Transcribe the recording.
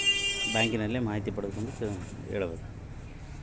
ನಾನು ಇನ್ನೊಬ್ಬ ಫಲಾನುಭವಿಯನ್ನು ಹೆಂಗ ಸೇರಿಸಬೇಕು?